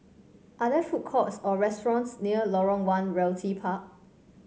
are there food courts or restaurants near Lorong One Realty Park